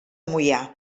moià